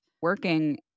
working